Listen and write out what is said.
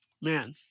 man